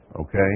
Okay